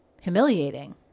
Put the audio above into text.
humiliating